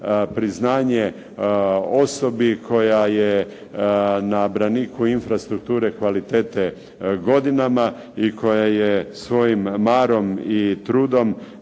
priznanje osobi koja je na braniku infrastrukturi kvalitete godinama i koja je svojim marom i trudom,